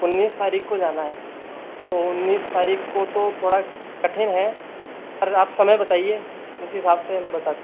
उन्नीस तारीख को जाना है तो उन्नीस तारीख को तो थोड़ा कठिन है पर आप समय बताइए उस हिसाब से हम बता